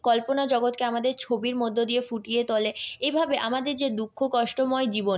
কল্পনা জগৎকে আমাদের ছবির মধ্য দিয়ে ফুটিয়ে তোলে এইভাবে আমাদের যে দুঃখ কষ্টময় জীবন